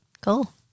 Cool